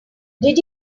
did